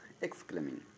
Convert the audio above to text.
exclaiming